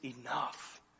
enough